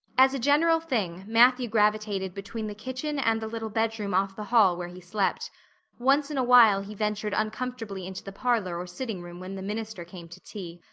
as a general thing matthew gravitated between the kitchen and the little bedroom off the hall where he slept once in a while he ventured uncomfortably into the parlor or sitting room when the minister came to tea.